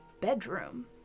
bedroom